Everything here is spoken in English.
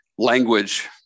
language